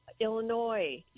illinois